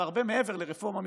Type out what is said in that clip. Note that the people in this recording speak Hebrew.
והרבה מעבר לרפורמה משפטית,